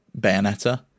Bayonetta